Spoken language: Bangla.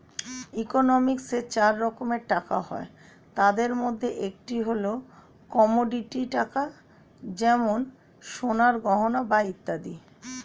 ইকোনমিক্সে চার রকম টাকা হয়, তাদের মধ্যে একটি হল কমোডিটি টাকা যেমন সোনার গয়না বা ইত্যাদি